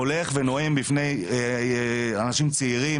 הולך ונואם בפני אנשים צעירים,